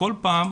וכל פעם,